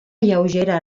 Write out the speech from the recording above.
lleugera